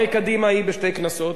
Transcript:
הרי קדימה היא בשתי כנסות,